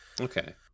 Okay